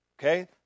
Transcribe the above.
Okay